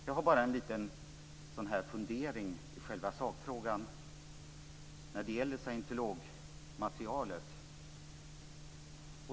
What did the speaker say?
Jag har bara en liten fundering i själva sakfrågan när det gäller scientologmaterialet.